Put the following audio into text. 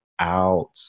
out